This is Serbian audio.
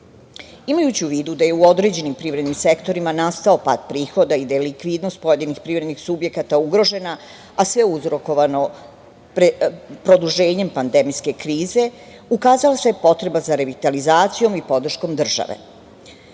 krize. Imajući u vidu da je u određenim privrednim sektorima nastao pad prihoda i da je likvidnost pojedinih privrednih subjekata ugrožena, a sve uzrokovano produženjem pandemijske krize, ukazala se potreba za revitalizacijom i podrškom države.